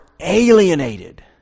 alienated